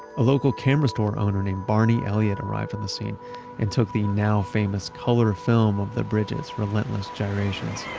a local camera store owner name barney elliot arrived on the scene and took the now famous color film of the bridges relentless gyrations